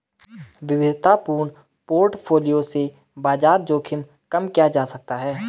विविधतापूर्ण पोर्टफोलियो से बाजार जोखिम कम किया जा सकता है